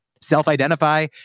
self-identify